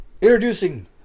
introducing